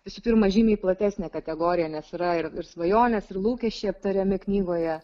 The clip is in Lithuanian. visų pirma žymiai platesnė kategorija nes yra ir svajonės ir lūkesčiai aptariami knygoje